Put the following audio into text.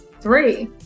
Three